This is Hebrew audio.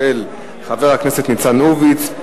של חבר הכנסת ניצן הורוביץ.